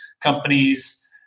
companies